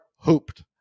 hooped